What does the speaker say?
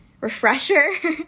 refresher